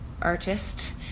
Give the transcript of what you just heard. artist